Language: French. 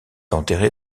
enterré